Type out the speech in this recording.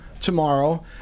tomorrow